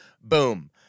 boom